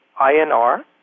INR